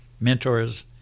mentors